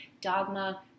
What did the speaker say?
dogma